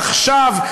עכשיו,